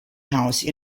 house